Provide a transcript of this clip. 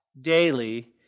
daily